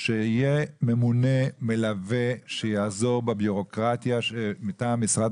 שיהיה ממונה מלווה שיעזור בבירוקרטיה מטעם משרד